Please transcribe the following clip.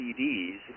CDs